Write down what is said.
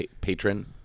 patron